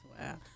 Wow